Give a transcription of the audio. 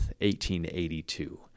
1882